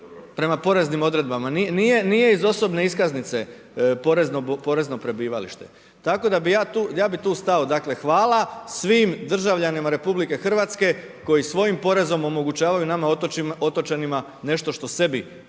prema poreznim odredbama, nije iz osobne iskaznice porezno prebivalište, tako da bi ja tu stao. Dakle hvala svim državljanima RH koji svojim porezom omogućavaju nama otočanima nešto što sebi ne mogu